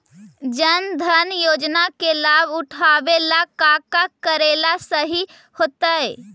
जन धन योजना के लाभ उठावे ला का का करेला सही होतइ?